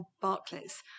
Barclays